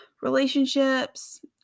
relationships